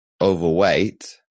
overweight